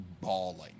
bawling